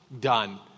Done